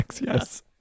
yes